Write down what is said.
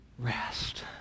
rest